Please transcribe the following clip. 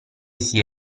sia